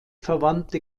verwandte